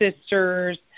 Sisters